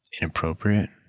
inappropriate